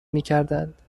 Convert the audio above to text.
میکردند